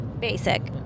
Basic